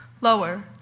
lower